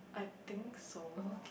I think so